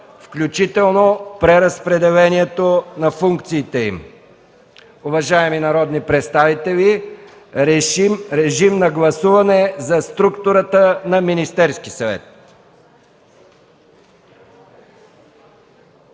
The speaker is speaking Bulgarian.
включително преразпределението на функциите им.” Уважаеми народни представители, режим на гласуване за структурата на Министерския съвет.